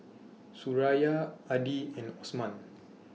Suraya Adi and Osman